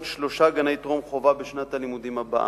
שלושה גני טרום-חובה בשנת הלימודים הבאה.